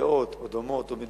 או הצעות אי-אמון,